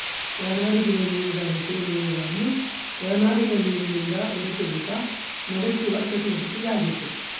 ಒಳನಾಡಿಗಿನ ಮೀನುಗಾರಿಕೆ ಮೀನುಗಳನ್ನು ಒಳನಾಡಿನ ನೀರಿಲಿಂದ ಹೊರತೆಗೆಕ ನಡೆಸುವ ಚಟುವಟಿಕೆಯಾಗೆತೆ